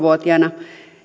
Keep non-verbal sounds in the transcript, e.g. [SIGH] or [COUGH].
[UNINTELLIGIBLE] vuotiaana